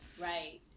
right